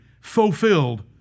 fulfilled